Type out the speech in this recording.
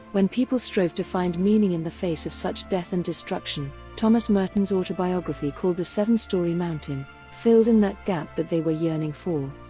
when people strove to find meaning in the face of such death and destruction, thomas merton's autobiography called the seven storey mountain filled in that gap that they were yearning for.